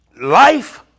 life